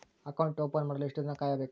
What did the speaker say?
Account open ಮಾಡಲು ಎಷ್ಟು ದಿನ ಕಾಯಬೇಕು?